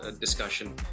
discussion